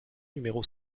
numéro